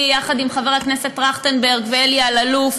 יחד עם חברי הכנסת טרכטנברג ואלי אלאלוף,